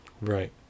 Right